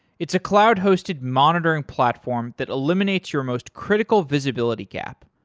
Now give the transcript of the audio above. it's a cloud-hosted monitoring platform that eliminates your most critical visibility gap,